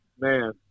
man